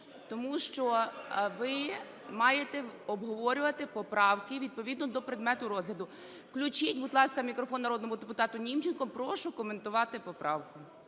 тому що ви маєте обговорювати поправки, відповідно до предмету розгляду. Включіть, будь ласка, мікрофон народному депутату Німченку. Прошу коментувати поправку.